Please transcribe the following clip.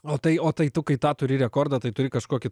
o tai o tai tu kai tą turi rekordą tai turi kažkokį